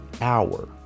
hour